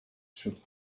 should